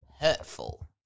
hurtful